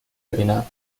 ببینم